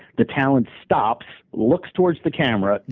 the talent stops, looks towards the camera,